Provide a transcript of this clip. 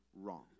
wrong